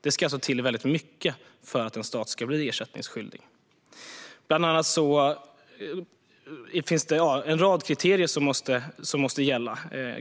Det ska till väldigt mycket för att en stat ska bli ersättningsskyldig. Bland annat finns en rad kriterier som måste uppfyllas.